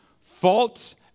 false